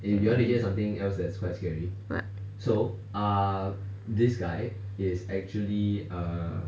what